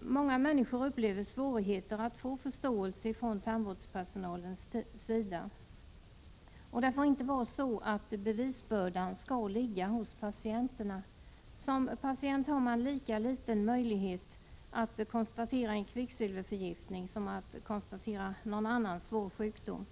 Många människor upplever svårigheter att få förståelse från tandsvårdspersonalens sida. Och det får inte vara så att bevisbördan skall ligga hos patienterna. Som patient har man lika liten möjlighet att konstatera en kvicksilverförgiftning som att konstatera någon annan svår sjukdom.